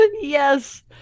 yes